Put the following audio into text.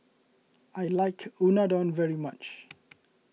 I like Unadon very much